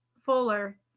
Fuller